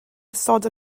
isod